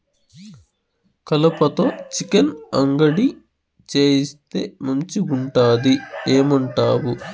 కలుపతో చికెన్ అంగడి చేయిస్తే మంచిగుంటది ఏమంటావు